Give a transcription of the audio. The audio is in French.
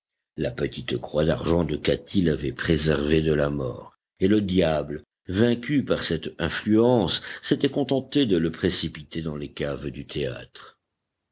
la petite croix d'argent de katy l'avait préservé de la mort et le diable vaincu par cette influence s'était contenté de le précipiter dans les caves du théâtre